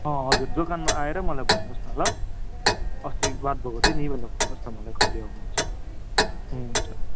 अँ हजुर दोकानमा आएर मलाई भन्नुहोस् न ल अस्ति बात भएको थियो नि भनेर भन्नुहोस् मलाई कहिले आउनुहुन्छ ए हुन्छ